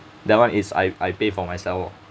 that one is I I pay for myself lor